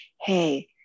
hey